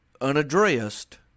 unaddressed